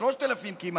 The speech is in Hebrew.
כמעט שלושת אלפים.